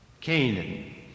Canaan